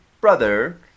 brother